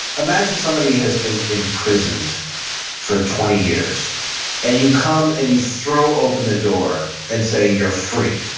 imagine somebody has been imprisoned for twenty years and you come and you throw open the door and say you're free